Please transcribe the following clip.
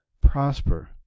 prosper